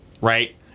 Right